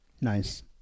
nice